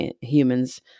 humans